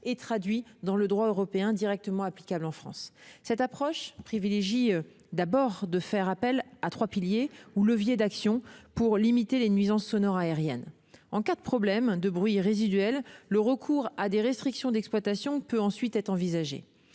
et traduit dans le droit européen directement applicable en France. Cette approche privilégie l'appel à trois « piliers » ou leviers d'action pour limiter les nuisances sonores aériennes. En cas de problème de bruit résiduel, le recours à des restrictions d'exploitation peut ensuite être envisagé.